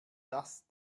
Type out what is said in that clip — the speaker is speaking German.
das